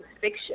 fiction